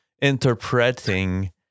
interpreting